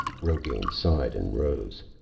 rogain sighed and rose.